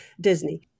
Disney